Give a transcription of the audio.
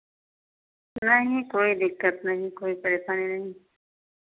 नहीं कोई दिक्कत नहीं कोई परेशानी नहीं